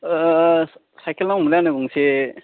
cycle नांगौमोनलै आंनो गंसे